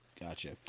Gotcha